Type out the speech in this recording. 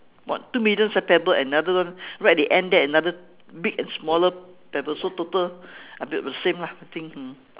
what two medium size pebble another one right at the end there another big and smaller pebbles so total a bit of the same lah I think mm